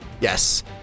Yes